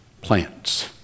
plants